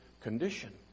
condition